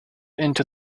into